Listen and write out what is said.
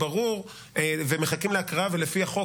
לקיים את ההבטחה לציבור ולמוטט את חמאס.